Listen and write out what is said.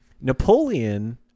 napoleon